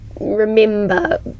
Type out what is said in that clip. remember